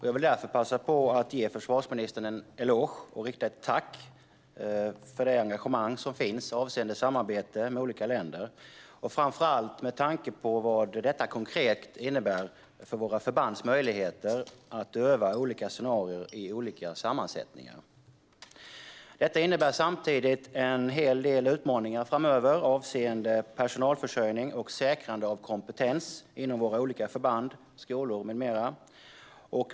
Jag vill därför passa på att ge försvarsministern en eloge och ett tack för det engagemang som finns avseende samarbete med olika länder, framför allt med tanke på vad detta konkret innebär för våra förbands möjligheter att öva olika scenarier i olika sammansättningar. Detta innebär samtidigt en hel del utmaningar framöver när det gäller personalförsörjning och säkrande av kompetens inom våra olika förband, skolor med mera.